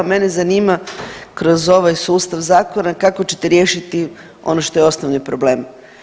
Mene zanima, kroz ovaj sustav zakona, kako ćete riješiti ono što je osnovni problem?